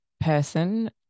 person